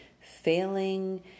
failing